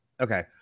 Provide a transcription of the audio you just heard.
Okay